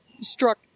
struck